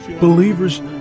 believers